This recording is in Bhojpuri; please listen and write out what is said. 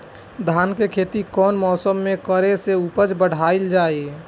धान के खेती कौन मौसम में करे से उपज बढ़ाईल जाई?